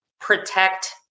protect